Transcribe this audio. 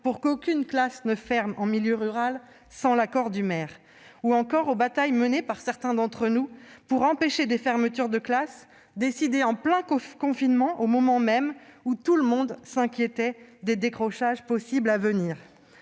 pour qu'aucune classe ne ferme en milieu rural sans l'accord du maire. Souvenons-nous aussi des batailles menées par certains d'entre nous pour empêcher des fermetures de classe décidées en plein confinement, au moment même où tout le monde s'inquiétait des possibles décrochages à venir.